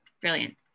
brilliant